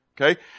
Okay